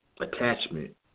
attachment